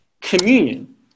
communion